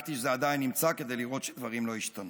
ובדקתי שעדיין זה נמצא כדי לראות שדברים לא השתנו,